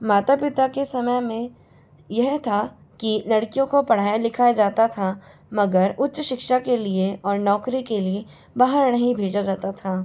माता पिता के समय में यह था कि लड़कियों को पढ़ाया लिखाया जाता था मगर उच्च शिक्षा के लिए और नौकरी के लिए बाहर नहीं भेजा जाता था